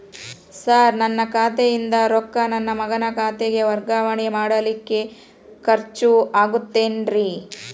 Sir ನನ್ನ ಖಾತೆಯಿಂದ ರೊಕ್ಕ ನನ್ನ ಮಗನ ಖಾತೆಗೆ ವರ್ಗಾವಣೆ ಮಾಡಲಿಕ್ಕೆ ಖರ್ಚ್ ಆಗುತ್ತೇನ್ರಿ?